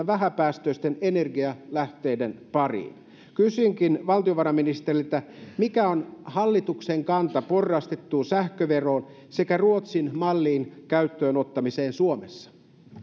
vähäpäästöisten energialähteiden pariin kysynkin valtiovarainministeriltä mikä on hallituksen kanta porrastettuun sähköveroon sekä ruotsin mallin käyttöön ottamiseen suomessa